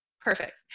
Perfect